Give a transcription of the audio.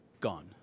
gone